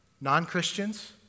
Non-Christians